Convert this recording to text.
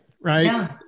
right